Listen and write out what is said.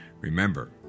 Remember